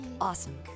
awesome